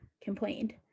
complained